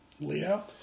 Leo